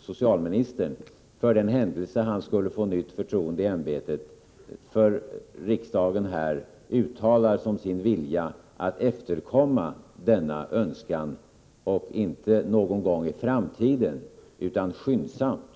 socialministern, för den händelse han skulle få förnyat förtroende i ämbetet, innan debatten är slut uttalar som sin vilja att efterkomma denna önskan och då inte någon gång i framtiden, utan skyndsamt.